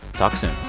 talk soon